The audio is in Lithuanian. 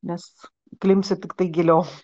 nes įklimpsi tiktai giliau